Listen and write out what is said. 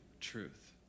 truth